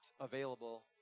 available